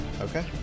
Okay